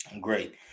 Great